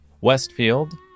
Westfield